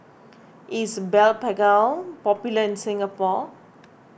is Blephagel popular in Singapore